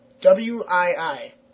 W-I-I